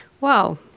Wow